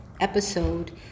episode